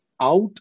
out